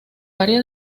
área